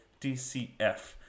DCF